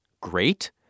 Great